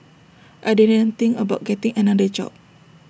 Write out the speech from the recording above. I didn't think about getting another job